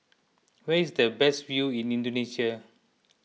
where is the best view in Indonesia